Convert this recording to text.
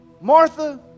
Martha